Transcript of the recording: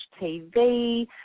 TV